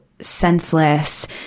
senseless